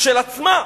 כשלעצמה,